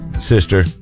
sister